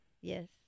Yes